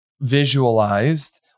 visualized